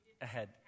ahead